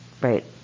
right